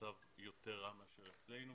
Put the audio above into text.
במצב יותר רע מאשר אצלנו.